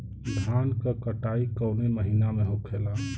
धान क कटाई कवने महीना में होखेला?